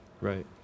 Right